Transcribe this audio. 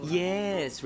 yes